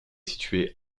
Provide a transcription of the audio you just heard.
située